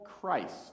Christ